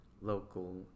local